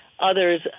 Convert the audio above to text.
others